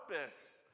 purpose